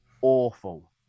awful